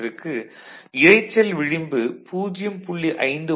உதாரணத்திற்கு இரைச்சல் விளிம்பு 0